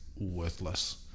worthless